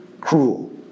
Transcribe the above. cruel